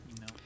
No